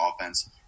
offense